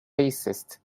bassist